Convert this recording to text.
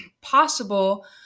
possible